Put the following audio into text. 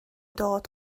dod